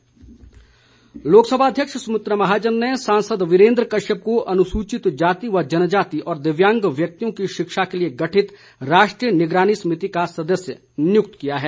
नियुक्ति लोकसभा अध्यक्ष सुमित्रा महाजन ने सांसद वीरेन्द्र कश्यप को अनुसूचित जाति व जनजाति और दिव्यांग व्यक्तियों की शिक्षा के लिए गठित राष्ट्रीय निगरानी समिति का सदस्य नियुक्त किया है